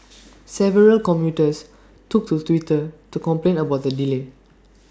several commuters took to Twitter to complain about the delay